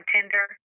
Tinder